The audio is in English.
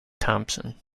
thomson